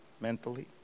mentally